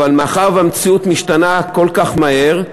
אבל מאחר שהמציאות משתנה כל כך מהר,